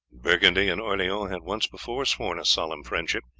burgundy and orleans had once before sworn a solemn friendship,